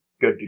Good